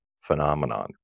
phenomenon